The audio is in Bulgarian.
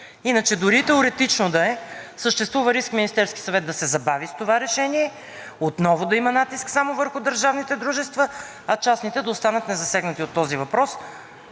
Иначе, дори и теоретично да е, съществува риск Министерският съвет да се забави с това решение, отново да има натиск само върху държавните дружества, а частните да останат незасегнати от този въпрос,